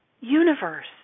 universe